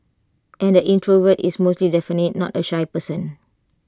and the introvert is most definitely not A shy person